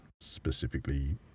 specifically